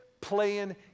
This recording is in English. playing